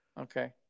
Okay